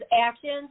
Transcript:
actions